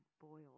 boiled